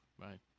Right